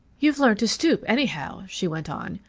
you've learnt to stoop, anyhow, she went on.